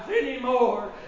anymore